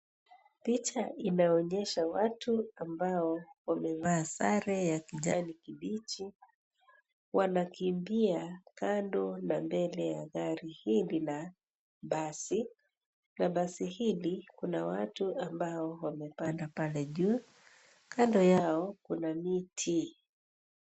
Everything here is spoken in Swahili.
Picha inaonyesha watu ambao wamevaa sare ya kijani kibichi wanakimbia kando na mbele ya gari hili la basi. Na basi hili kuna watu ambao wamepanda pale juu kando yao kuna miti.